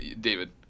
David